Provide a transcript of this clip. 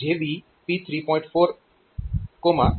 તો અહીં આપણે આ JB P3